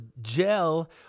gel